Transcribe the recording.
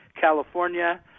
California